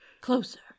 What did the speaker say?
closer